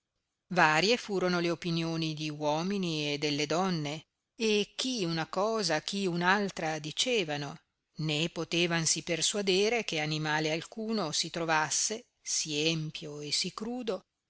varie furono le opinioni di uomini e delle donne e chi una cosa e chi un altra dicevano né potevansi persuadere che animale alcuno si trovasse sì empio e sì crudo